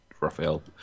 Raphael